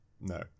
No